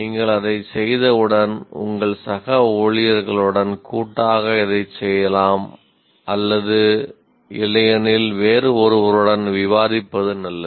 நீங்கள் அதைச் செய்தவுடன் உங்கள் சக ஊழியர்களுடன் கூட்டாக இதைச் செய்யலாம் அல்லது இல்லையெனில் வேறு ஒருவருடன் விவாதிப்பது நல்லது